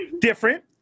Different